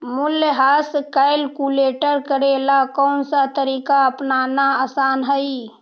मूल्यह्रास कैलकुलेट करे ला कौनसा तरीका अपनाना आसान हई